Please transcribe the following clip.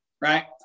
right